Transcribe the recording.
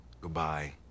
Goodbye